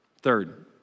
Third